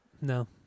No